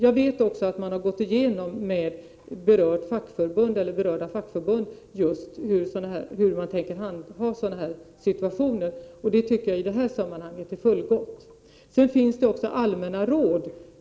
Jag vet också att man med berörda fackförbund har gått igenom just hur de skall handla i sådana här situationer. Det tycker jag är fullgott i detta sammanhang.